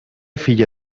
filla